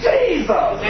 Jesus